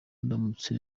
ndamutse